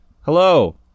Hello